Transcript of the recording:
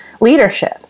leadership